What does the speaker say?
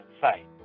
site